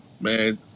man